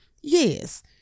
Yes